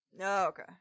okay